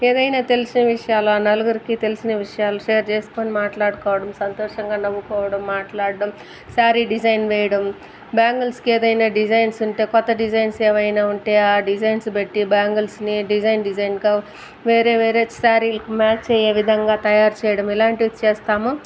ఏదైనా తెలిసిన విషయాలు నలుగురికి తెలిసిన విషయాలు షేర్ చేసుకొని మాట్లాడుకోవడం సంతోషంగా నవ్వుకోవడం మాట్లాడడం శారీ డిజైన్ వేయడం బ్యాంగిల్స్ కి ఏదైనా డిజైన్స్ ఉంటే కొత్త డిజైన్స్ ఏవైనా ఉంటే ఆ డిజైన్స్ బట్టి బ్యాంగిల్స్ ని డిజైన్ డిజైన్ గా వేరే వేరే శారీ లకు మ్యాచ్ అయ్యే విధంగా తయారు చేయడం ఇలాంటివి చేస్తాము